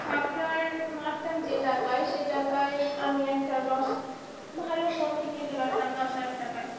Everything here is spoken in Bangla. সফটওয়্যার মারতাম যে টাকায় সেই টাকায় আমি একটা দশ ভালো ফোন কিনে নিতে পারতাম দশ হাজার টাকায়